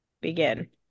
begin